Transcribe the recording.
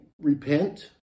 repent